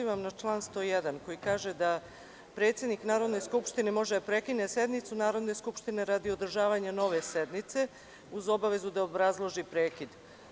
Pozivam se na član 101. koji kaže da predsednik Narodne skupštine može da prekine sednicu Narodne skupštine radi održavanja nove sednice, uz obavezu da obrazloži prekid.